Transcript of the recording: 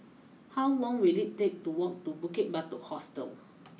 how long will it take to walk to Bukit Batok Hostel